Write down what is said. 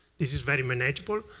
this is very manageable,